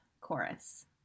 chorus